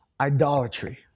idolatry